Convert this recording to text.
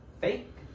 Fake